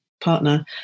partner